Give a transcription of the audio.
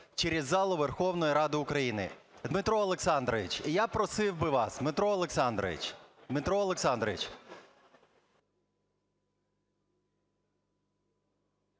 через залу Верховної Ради. Дмитре Олександровичу, я просив би вас... Дмитро Олександрович! Дмитро Олександрович!